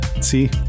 see